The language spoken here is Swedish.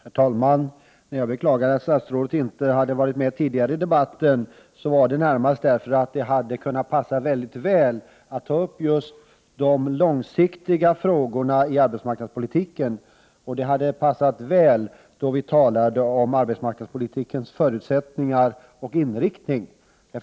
Herr talman! När jag beklagade att statsrådet inte hade varit med tidigare i debatten berodde det närmast på att jag ansåg att det hade kunnat passa väldigt bra att ta upp just de långsiktiga frågorna i arbetsmarknadspolitiken då vi talade om arbetsmarknadspolitikens förutsättningar och inriktning.